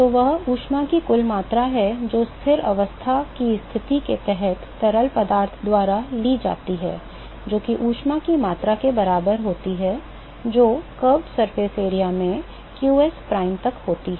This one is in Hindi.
तो वह ऊष्मा की कुल मात्रा है जो स्थिर अवस्था की स्थिति के तहत तरल पदार्थ द्वारा ली जाती है जो कि ऊष्मा की मात्रा के बराबर होती है जो वक्र सतह क्षेत्र में qs प्राइम तक होती है